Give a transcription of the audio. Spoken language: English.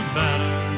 better